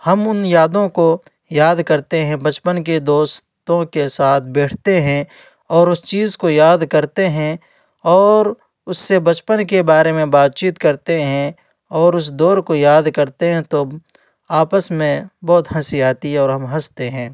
ہم ان یادوں کو یاد کرتے ہیں بچپن کے دوستوں کے ساتھ بیٹھتے ہیں اور اس چیز کو یاد کرتے ہیں اور اس سے بچپن کے بارے میں بات چیت کرتے ہیں اور اس دور کو یاد کرتے ہیں تو آپس میں بہت ہنسی آتی ہے اور ہم ہنستے ہیں